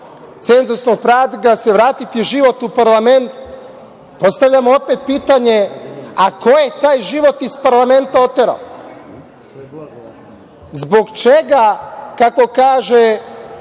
cenzusnog praga se vratiti život u parlament, postavljam opet pitanje – a, ko je taj život iz parlamenta oterao? Zbog čega, kako kaže